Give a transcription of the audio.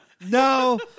No